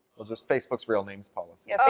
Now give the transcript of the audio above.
oh just facebook's real name policy. yeah